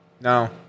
No